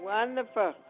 Wonderful